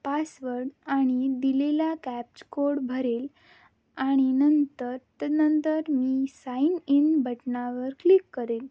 password आणि दिलेला captcha code भरेल आणि नंतर त्यानंतर मी साइन इन बटनावर क्लिक करेल